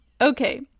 Okay